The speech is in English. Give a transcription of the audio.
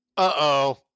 Uh-oh